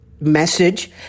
message